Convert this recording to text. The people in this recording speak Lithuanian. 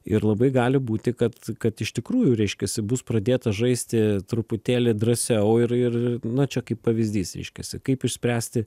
ir labai gali būti kad kad iš tikrųjų reiškiasi bus pradėta žaisti truputėlį drąsiau ir ir na čia kaip pavyzdys reiškiasi kaip išspręsti